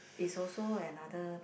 is also another